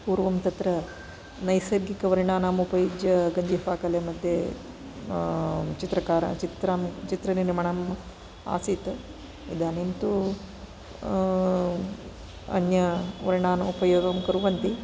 पूर्वं तत्र नैसर्गिकवर्णानाम् उपयुज्य गञ्जीफा कले मध्ये चित्रकार चित्रं चित्रनिर्माणम् आसीत् इदानीं तु अन्यवर्णान् उपयोगं कुर्वन्ति